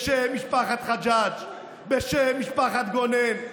בשם משפחת חג'אג', בשם משפחת גונן,